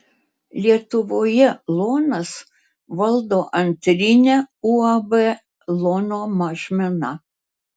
lietuvoje lonas valdo antrinę uab lono mažmena